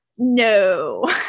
No